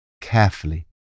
carefully